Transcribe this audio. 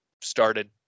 started